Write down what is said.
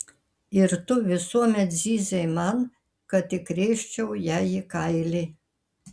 ir tu visuomet zyzei man kad įkrėsčiau jai į kailį